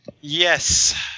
Yes